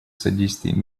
содействии